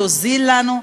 יוזיל לנו,